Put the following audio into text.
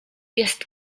jest